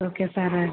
okay സാറേ